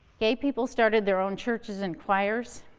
gay people started their own churches and choirs.